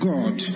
God